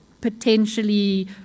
potentially